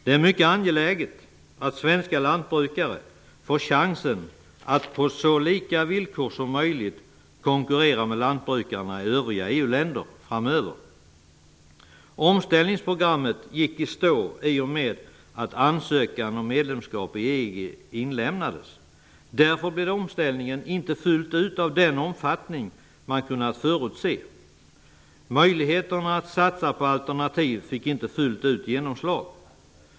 Det är mycket angeläget att svenska lantbrukare framöver får chansen att på så lika villkor som möjligt konkurrera med lantbrukarna i övriga EU-länder. Omställningsprogrammet gick i stå i och med att ansökan om medlemskap i EG inlämnades. Därför blev omställningen inte fullt ut av den omfattning som man kunnat förutse. Möjligheten att satsa på alternativ fick inte fullt ut genomslag.